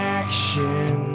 action